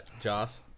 Joss